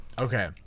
Okay